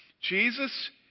Jesus